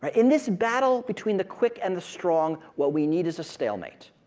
ah in this battle between the quick and the strong, what we need is a stalemate.